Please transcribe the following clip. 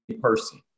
person